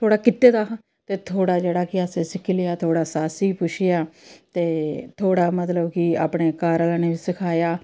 थोहेड़ा कीते दा हा ते थोह्ड़ा जेह्ड़ा फ्ही असें सिक्खी लेआ थोह्ड़ा सस्स गी पुच्छेआ ते थोह्ड़ा मतलब कि अपने घर आह्लें बी सखाया